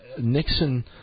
Nixon